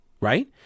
right